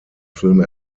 film